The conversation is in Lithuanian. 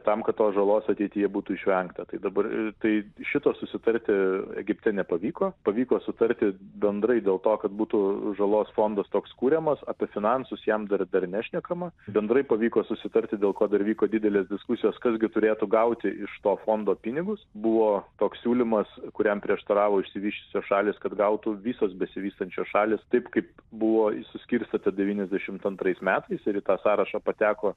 tam kad tos žalos ateityje būtų išvengta tai dabar tai šito susitarti egipte nepavyko pavyko sutarti bendrai dėl to kad būtų žalos fondas toks kuriamas apie finansus jam dar dar nešnekama bendrai pavyko susitarti dėl ko dar vyko didelės diskusijos kas gi turėtų gauti iš to fondo pinigus buvo toks siūlymas kuriam prieštaravo išsivysčiusios šalys kad gautų visos besivystančios šalys taip kaip buvo suskirstyta devyniasdešimt antrais metais ir į tą sąrašą pateko